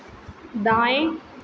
दाएँ